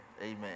Amen